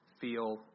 feel